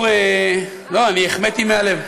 לא, אני החמאתי מהלב.